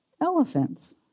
elephants